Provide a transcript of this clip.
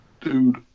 Dude